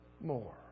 more